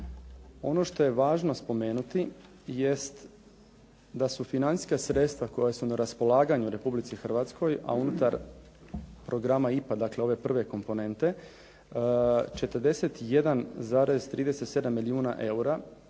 Ono što je važno spomenuti jest da su financijska sredstva koja su na raspolaganju Republici Hrvatskoj a unutar programa IPA, dakle ove prve komponente 41,37 milijuna eura